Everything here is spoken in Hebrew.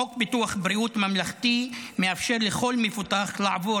חוק ביטוח בריאות ממלכתי מאפשר לכל מבוטח לעבור